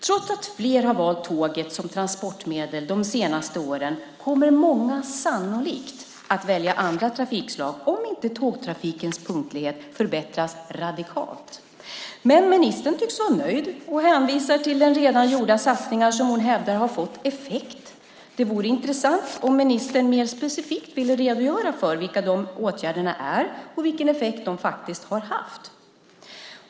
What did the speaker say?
Trots att flera har valt tåget som transportmedel de senaste åren kommer många sannolikt att välja andra trafikslag om inte tågtrafikens punktlighet förbättras radikalt. Men ministern tycks vara nöjd och hänvisar till redan gjorda satsningar som hon hävdar har fått effekt. Det vore intressant om ministern mer specifikt ville redogöra för vilka de åtgärderna är och vilken effekt de faktiskt har haft.